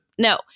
no